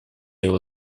его